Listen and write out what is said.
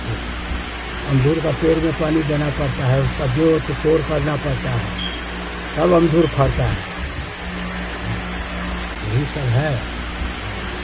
तो अमरूद के पेड़ में पानी देना पड़ता है उसका जोड़ कोड़ करना पड़ता है तब अमरूद फलता है हैं यही सब है और